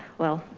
well,